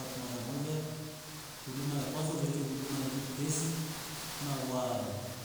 Mara moja uhudumu ya kwanza utaletea uduma ya au pesi mawamu.